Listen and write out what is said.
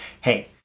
hey